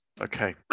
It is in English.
okay